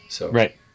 Right